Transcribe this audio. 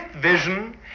vision